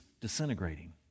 disintegrating